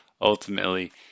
ultimately